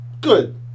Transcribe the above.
good